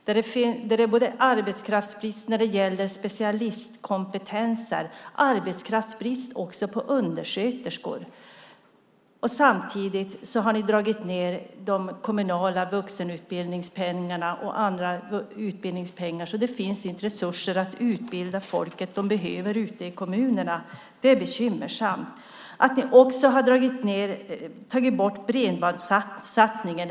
Det är arbetskraftsbrist när det gäller både specialistkompetenser och undersköterskor. Samtidigt har ni dragit ned de kommunala vuxenutbildningspengarna och andra utbildningspengar, så det finns inte resurser att utbilda folket som de behöver ute i kommunerna. Det är bekymmersamt. Ni har också tagit bort bredbandssatsningen.